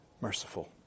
merciful